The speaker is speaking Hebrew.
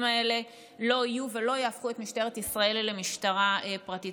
האלה לא יהיו ולא יהפכו את משטרת ישראל למשטרה פרטית.